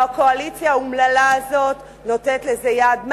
והקואליציה האומללה הזאת נותנת לזה יד,